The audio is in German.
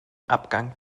abgang